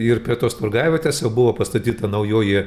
ir prie tos turgavietės jau buvo pastatyta naujoji